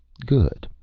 good,